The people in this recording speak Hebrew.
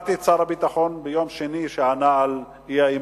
שמעתי את שר הביטחון ביום שני, כשענה על האי-אמון.